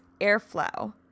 airflow